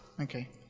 Okay